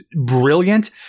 brilliant